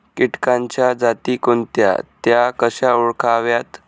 किटकांच्या जाती कोणत्या? त्या कशा ओळखाव्यात?